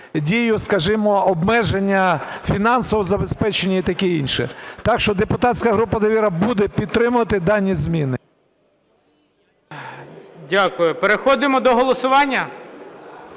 Дякую. Переходимо до голосування?